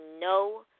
no